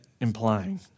implying